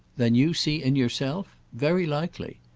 than you see in yourself? very likely.